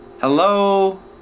Hello